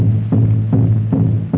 yes